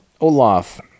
Olaf